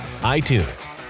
iTunes